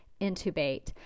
intubate